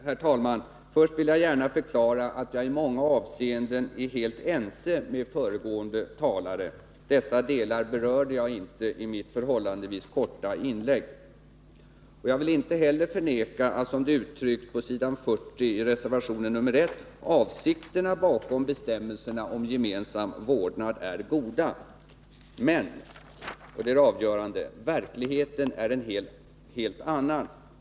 Herr talman! Först vill jag gärna förklara att jag i många avseenden är helt ense med föregående talare. Dessa delar berörde jag inte i mitt förhållandevis korta inlägg. Jag vill inte heller förneka att — som det är uttryckt i reservation nr 1 på s. 40 i betänkandet — ”intentionerna bakom bestämmelserna om gemensam vårdnad är goda”. Men — och det är det avgörande — verkligheten är en helt annan.